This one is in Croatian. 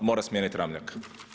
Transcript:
Mora smijeniti Ramljaka.